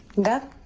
the